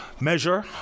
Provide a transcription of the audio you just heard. measure